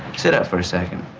sit up for a second.